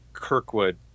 Kirkwood